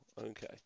Okay